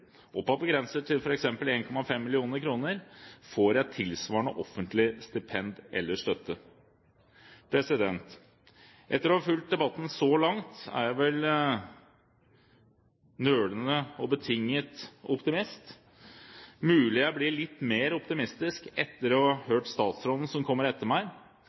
investorer, oppad begrenset til f.eks. 1,5 mill. kr, får et tilsvarende offentlig stipend eller støtte. Etter å ha fulgt debatten så langt er jeg vel nølende og betinget optimist. Det er mulig jeg blir litt mer optimistisk etter å ha hørt statsråden, som kommer etter meg.